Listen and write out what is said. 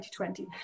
2020